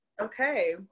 Okay